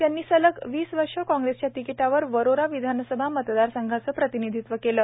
त्यांनी सलग वीस वर्षे काँग्रेसच्या तिकिटावर वरोरा विधानसभा मतदारसंघाचे प्रतिनिधित्व केले